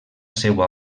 seua